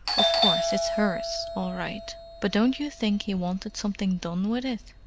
of course, it's hers, all right but don't you think he wanted something done with it?